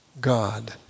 God